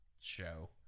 show